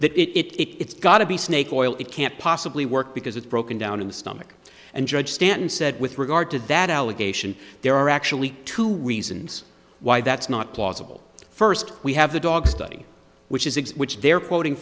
that it it's got to be snake oil it can't possibly work because it's broken down in the stomach and judge stanton said with regard to that allegation there are actually to reasons why that's not plausible first we have the dog study which is it which they're posting